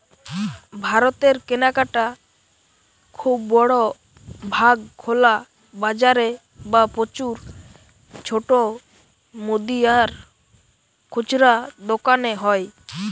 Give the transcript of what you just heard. ভারতের কেনাকাটা খুব বড় ভাগ খোলা বাজারে বা প্রচুর ছোট মুদি আর খুচরা দোকানে হয়